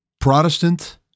Protestant